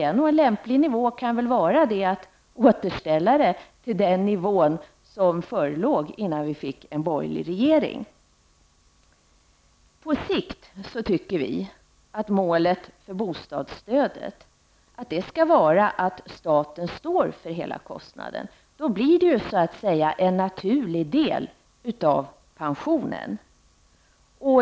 En lämplig nivå kunde vara att återställa det till den nivå som det låg på innan vi fick en borgerlig regering. Vi tycker att målet för bostadsstödet på sikt skall vara att staten står för hela kostnaden. Då blir det ju en naturlig del av pensionen.